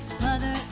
Mother